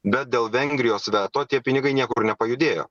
bet dėl vengrijos veto tie pinigai niekur nepajudėjo